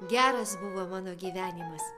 geras buvo mano gyvenimas